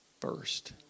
first